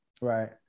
Right